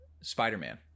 Spider-Man